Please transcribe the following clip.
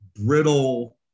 brittle